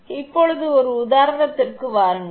எனவே இப்போது ஒரு உதாரணத்திற்கு வாருங்கள்